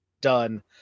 done